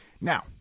Now